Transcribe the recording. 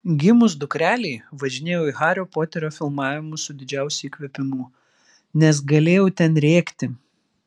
gimus dukrelei važinėjau į hario poterio filmavimus su didžiausiu įkvėpimu nes galėjau ten rėkti